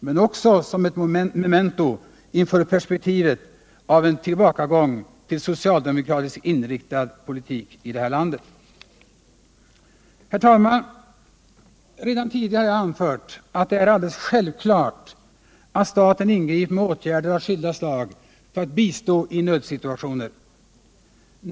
Men det är också ett memento inför perspektivet av en tillbakagång till en socialdemokratiskt inriktad politik i det här landet. Herr talman! Redan tidigare har jag anfört att det är alldeles självklart att staten ingriper med åtgärder av skilda slag för att bistå i nödsituationer.